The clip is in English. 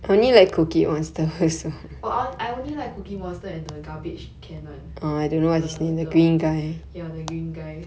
I only like cookie oyster and the garbage can [one] the the ya the green guy